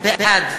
בעד